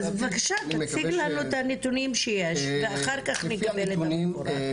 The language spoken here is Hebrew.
אז בבקשה תציג לנו את הנתונים שיש ואחר כך נקבל את המפורט.